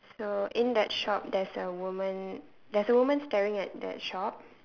so in that shop there's a woman there's a woman staring at that shop